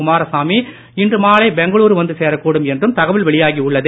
குமாரசாமி இன்று மாலை பெங்களுரு வந்து சேரக்கூடும் என்றும் தகவல் வெளியாகி உள்ளது